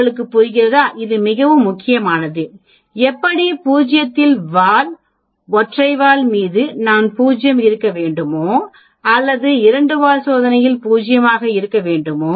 உங்களுக்கு புரிகிறதா இது மிகவும் முக்கியமானது எப்படி 0 இல் வால் ஒற்றை வால் மீது நான் 0 இருக்க வேண்டுமா அல்லது இரண்டு வால் சோதனையில் 0 ஆக வேண்டுமா